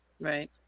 Right